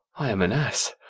i am an ass,